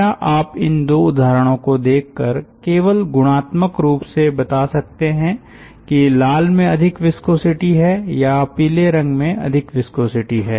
क्या आप इन दो उदाहरणों को देखकर केवल गुणात्मक रूप से बता सकते हैं कि लाल में अधिक विस्कोसिटी है या पीले रंग में अधिक विस्कोसिटी है